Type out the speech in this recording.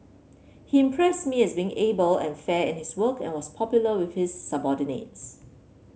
he impressed me as being able and fair in his work and was popular with his subordinates